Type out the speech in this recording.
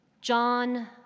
John